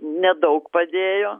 nedaug padėjo